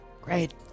Great